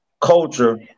culture